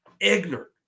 ignorant